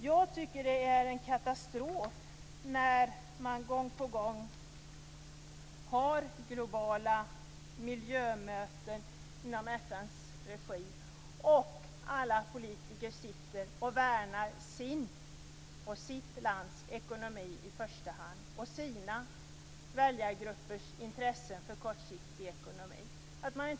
Jag tycker att det är en katastrof när man gång på gång har globala miljömöten inom FN:s regi där alla politiker sitter och i första hand värnar sitt lands ekonomi och sina väljargruppers intressen för kortsiktig ekonomi.